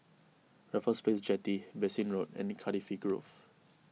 Raffles Place Jetty Bassein Road and Cardifi Grove